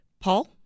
Paul